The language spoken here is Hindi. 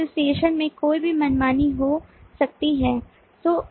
एसोसिएशन में कोई भी मनमानी हो सकती है